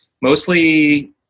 mostly